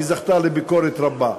היא זכתה לביקורת רבה.